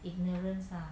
ignorance ah